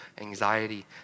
anxiety